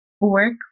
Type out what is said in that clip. work